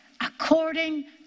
according